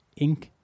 Inc